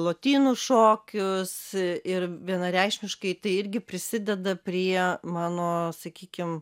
lotynų šokius ir vienareikšmiškai tai irgi prisideda prie mano sakykim